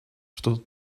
что